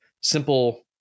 simple